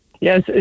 Yes